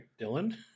Dylan